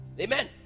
amen